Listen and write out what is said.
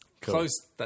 close